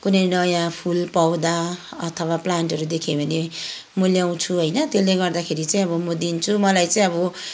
कुनै नयाँ फुल पौधा अथवा प्लान्टहरू देखेँ भने म ल्याउँछु होइन त्यसले गर्दाखेरि चाहिँ अब म दिन्छु मलाई चाहिँ अब